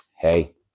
hey